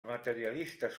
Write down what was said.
materialistes